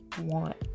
want